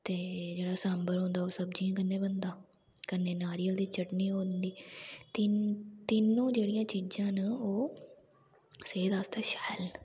ते जेह्ड़ा सांबर होंदा ओह् सब्जियें कन्नै बनदा कन्नै नारियल दी चटनी होंदी तीनों जेह्ड़ियां चीजां न ओह् सेह्त आस्तै शैल न